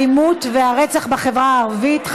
האלימות והרצח בחברה הערבית,